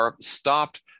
stopped